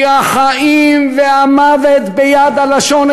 כי החיים והמוות ביד הלשון.